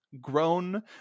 grown